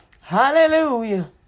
Hallelujah